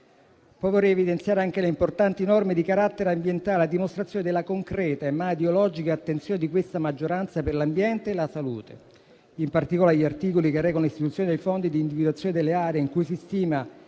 poi evidenziare anche le importanti norme di carattere ambientale, a dimostrazione della concreta e mai ideologica attenzione di questa maggioranza per l'ambiente e la salute. In particolare, ricordo gli articoli che recano: l'istituzione dei fondi per l'individuazione delle aree in cui si stima